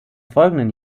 folgenden